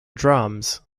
drums